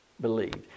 believed